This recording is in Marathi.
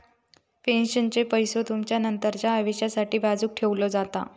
पेन्शनचो पैसो तुमचा नंतरच्या आयुष्यासाठी बाजूक ठेवलो जाता